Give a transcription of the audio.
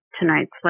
tonight's